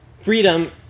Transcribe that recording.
freedom